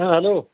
हा हॅलो